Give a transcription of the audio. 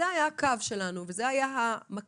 זה היה הקו שלנו וזה היה המקל